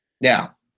Now